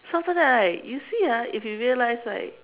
so after that right you see ah if you realize right